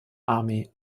army